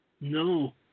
no